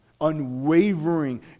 unwavering